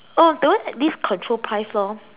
oh that one at least control price lor